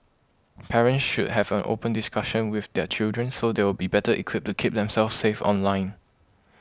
parents should have an open discussion with their children so they'll be better equipped to keep themselves safe online